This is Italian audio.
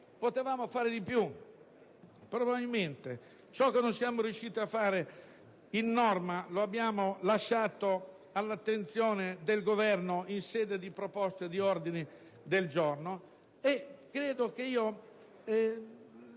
Potevamo fare di più? Probabilmente. Ciò che non siamo riusciti a normare lo abbiamo lasciato all'attenzione del Governo in sede di proposte e di ordini del giorno. Ma la questione